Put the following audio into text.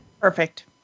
Perfect